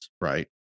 right